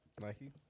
Nike